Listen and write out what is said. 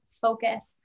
focus